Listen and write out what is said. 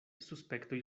suspektoj